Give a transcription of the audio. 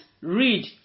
read